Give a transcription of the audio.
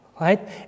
Right